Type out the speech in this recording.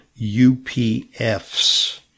upf's